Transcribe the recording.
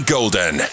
Golden